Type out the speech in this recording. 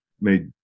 made